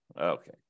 Okay